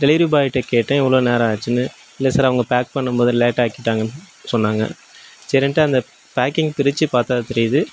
delivery பாயிகிட்ட கேட்டேன் இவ்வளோ நேரம் ஆச்சுன்னு இல்லை சார் அவங்க பேக் பண்ணும்போது லேட் ஆக்கிட்டாங்கன்னு சொன்னாங்க சரின்ட்டு அந்த பேக்கிங் பிரித்து பார்த்தா தான் தெரியுது